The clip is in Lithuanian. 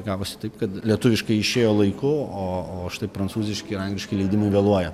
gavosi taip kad lietuviškai išėjo laiku o o štai prancūziški angliški leidiniai vėluoja